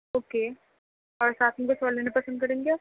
okay اور ساتھ میں کچھ اور لینا پسند کریں گے